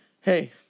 Hey